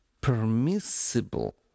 permissible